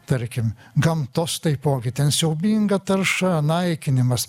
tarkim gamtos taipogi ten siaubinga tarša naikinimas